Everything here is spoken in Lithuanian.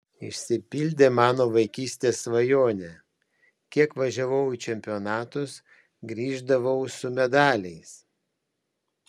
išsipildė mano vaikystės svajonė kiek važiavau į čempionatus grįždavau su medaliais